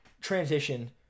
transition